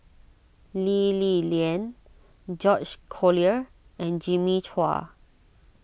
Lee Li Lian George Collyer and Jimmy Chua